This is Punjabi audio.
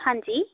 ਹਾਂਜੀ